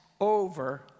over